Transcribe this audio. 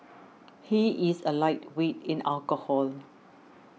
he is a lightweight in alcohol